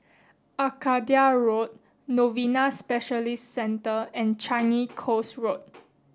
Arcadia Road Novena Specialist Centre and Changi Coast Road